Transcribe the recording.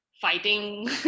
fighting